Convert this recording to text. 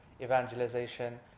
evangelization